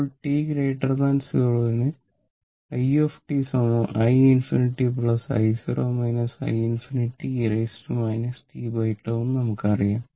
ഇപ്പോൾ t 0 ന് i i ∞ i0 i ∞ e tτ എന്ന് നമുക്കറിയാം